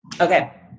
Okay